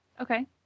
Okay